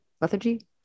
lethargy